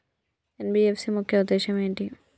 NBFC ముఖ్య ఉద్దేశం ఏంటి?